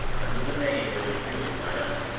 under the name that is really my own.